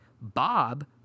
Bob